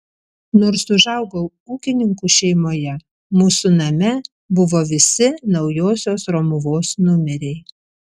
nors užaugau ūkininkų šeimoje mūsų name buvo visi naujosios romuvos numeriai